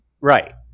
Right